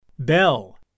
bell